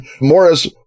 Morris